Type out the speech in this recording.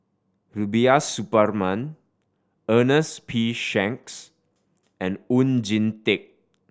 Rubiah Suparman Ernest P Shanks and Oon Jin Teik